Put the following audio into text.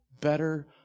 better